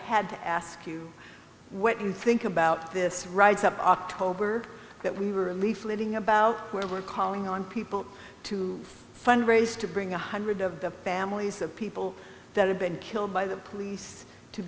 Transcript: had to ask you what you think about this write up october that we were leafleting about were calling on people to fundraise to bring one hundred of the families of people that have been killed by the police to